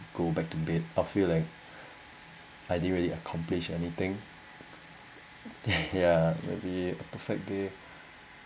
go back to bed I feel like I didn't really accomplish anything ya maybe a perfect day